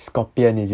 scorpion is it